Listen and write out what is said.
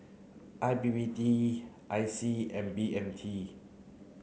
I P P T I C and B M T